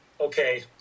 okay